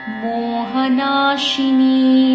mohanashini